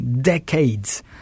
decades